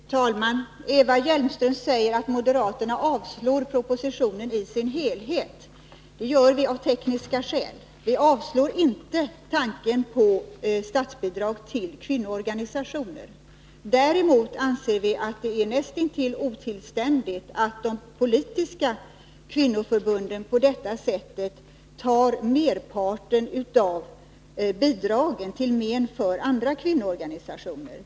Fru talman! Eva Hjelmström säger att moderaterna avstyrker propositionen i dess helhet. Det gör vi av tekniska skäl. Vi avstyrker däremot inte tanken på statsbidrag till kvinnoorganisationer. Däremot anser vi att det är näst intill otillständigt att de politiska kvinnoförbunden tar merparten av bidragen, till men för andra kvinnoorganisationer.